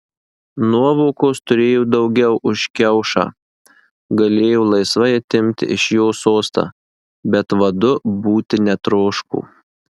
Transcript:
nuovokos turėjo daugiau už kiaušą galėjo laisvai atimti iš jo sostą bet vadu būti netroško